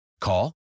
Call